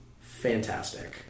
fantastic